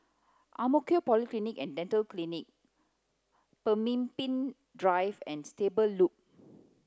Ang Mo Kio Polyclinic and Dental Clinic Pemimpin Drive and Stable Loop